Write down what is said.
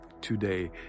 today